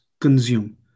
consume